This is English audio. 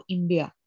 India